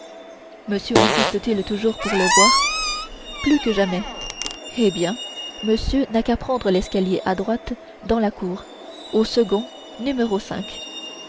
monsieur insiste t il toujours pour le voir plus que jamais eh bien monsieur n'a qu'à prendre l'escalier à droite dans la cour au second n